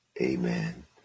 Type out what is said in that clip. Amen